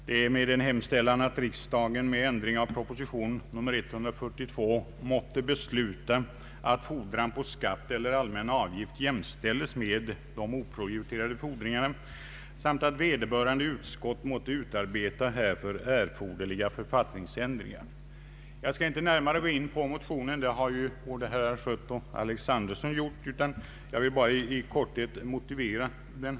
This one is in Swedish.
Där hemställes ”att riksdagen med ändring av proposition nr 142 måtte besluta att fordran på skatt eller allmän avgift jämställes med de oprioriterade ford Jag skall inte närmare gå in på motionen — det har både herr Schött och herr Alexanderson gjort — utan bara i korthet motivera den.